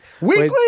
Weekly